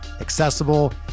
accessible